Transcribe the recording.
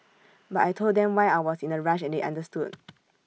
but I Told them why I was in A rush and they understood